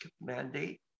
mandate